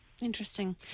Interesting